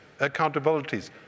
accountabilities